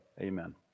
amen